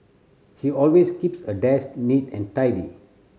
he always keeps a desk neat and tidy